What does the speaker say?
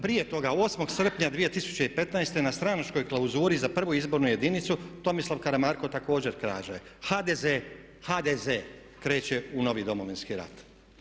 Prije toga 8. srpnja 2015. na stranačkoj klauzuri za 1. izbornu jedinicu Tomislav Karamarko također kaže HDZ kreće u novi domovinski rat.